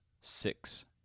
six